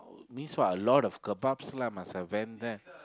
means what a lot of kebab lah must advent there